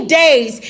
days